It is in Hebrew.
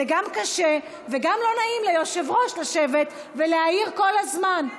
זה גם קשה וגם לא נעים ליושב-ראש לשבת ולהעיר כל הזמן.